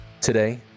today